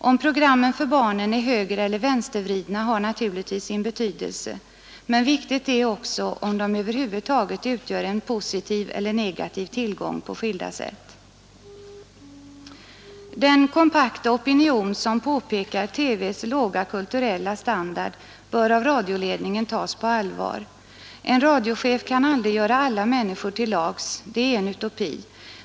Om programmen för barnen är högereller vänstervridna har naturligtvis sin betydelse, men viktigt är också om de över huvud taget utgör en positiv eller negativ tillgång på skilda sätt. Den kompakta opinion som påpekar TV:s låga kulturella standard bör av radioledningen tas på allvar. En radiochef kan aldrig göra alla människor till lags, det är en utopi.